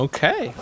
Okay